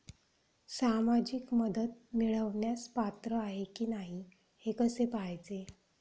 सामाजिक मदत मिळवण्यास पात्र आहे की नाही हे कसे पाहायचे?